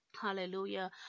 Hallelujah